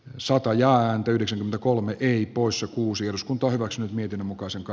sotaa ja hän pyysi kolme kei poissa kuusi eduskunta hyväksyi mietinnön mukaisen l